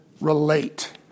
relate